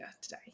today